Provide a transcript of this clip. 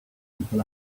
people